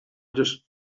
just